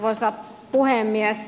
arvoisa puhemies